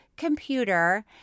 computer